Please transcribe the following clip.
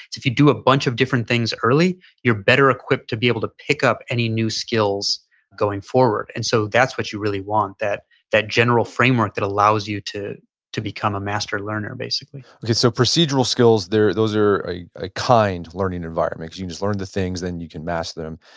if you do a bunch of different things early you're better equipped to be able to pick up any new skills going forward. and so that's what you really want. that that general framework that allows you to to become a master learner basically so procedural skills there those are ah kind learning environments. you just learn the things then you can mask them.